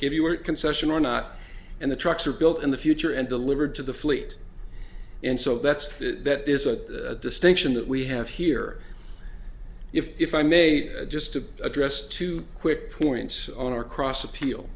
give you or concession or not and the trucks are built in the future and delivered to the fleet and so that's that is a distinction that we have here if i may just to address two quick points on our cross